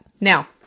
Now